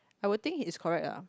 I would think he is correct ah